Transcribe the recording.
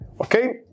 Okay